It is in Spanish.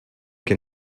que